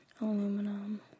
Aluminum